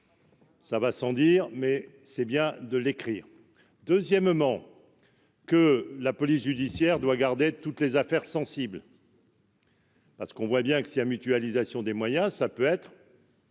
ça va sans dire, mais c'est bien de l'écrire, deuxièmement, que la police judiciaire doit garder toutes les affaires sensibles. Parce qu'on voit bien que si ah mutualisation des moyens, ça peut être.